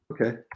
Okay